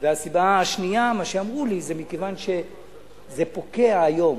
והסיבה השנייה, מה שאמרו לי, שזה פוקע היום.